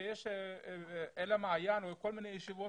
שיש 'אל המעיין' או כל מיני ישיבות